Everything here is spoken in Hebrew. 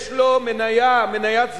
יש לו מניה, מניית זהב,